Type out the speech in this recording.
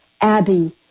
Abby